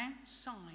outside